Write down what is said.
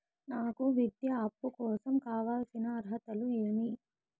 నాకు విద్యా అప్పు కోసం కావాల్సిన అర్హతలు ఏమి?